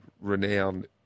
renowned